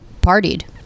partied